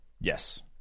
Yes